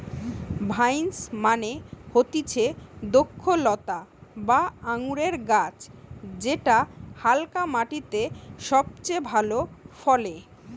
vines মানে হতিছে দ্রক্ষলতা বা আঙুরের গাছ যেটা হালকা মাটিতে সবচে ভালো ফলে